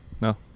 No